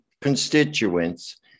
constituents